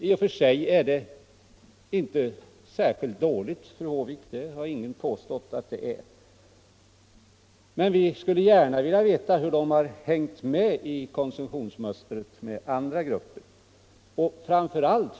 I och för sig är det inte särskilt dåligt, och det har ingen påstått att det är, fru Håvik. Men vi skulle gärna vilja veta hur pensionärerna har hängt med andra grupper i fråga om konsumtionsmönstret.